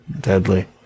Deadly